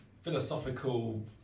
philosophical